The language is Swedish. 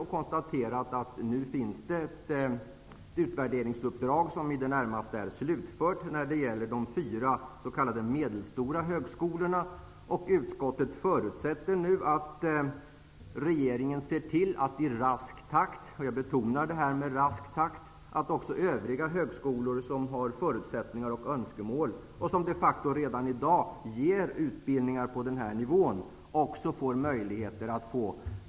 Vi konstaterar att det nu finns ett utvärderingsuppdrag som i det närmaste är slutfört, när det gäller de fyra s.k. medelstora högskolorna. Utskottet förutsätter nu att regeringen i rask takt -- jag betonar i rask takt -- ser till att också övriga högskolor som har förutsättningar och önskemål får möjligheter att få dem prövade. Dessa högskolor ger de facto redan i dag utbildningar på den här nivån.